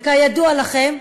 כידוע לכם,